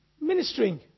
Ministering